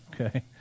okay